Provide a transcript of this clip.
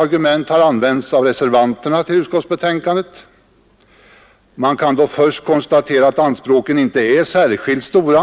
argument har använts av dem som fogat reservationer vid utskottsbetänkandet. Man kan först konstatera att anspråken inte är särskilt stora.